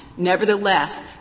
Nevertheless